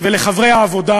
ולחברי העבודה: